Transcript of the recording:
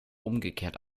umgekehrt